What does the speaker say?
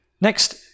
Next